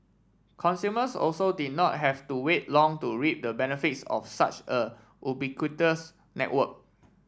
consumers also did not have to wait long to reap the benefits of such a ubiquitous network